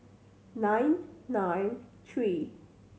nine nine three